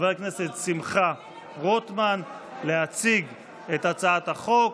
חבר הכנסת שמחה רוטמן להציג את הצעת החוק.